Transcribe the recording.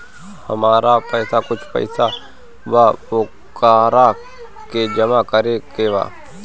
हमरा पास कुछ पईसा बा वोकरा के जमा करे के बा?